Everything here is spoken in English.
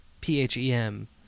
P-H-E-M